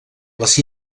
les